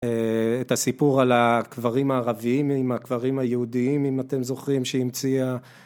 את הסיפור על הקברים הערביים עם הקברים היהודיים אם אתם זוכרים שהיא המציאה.